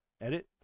edit